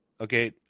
Okay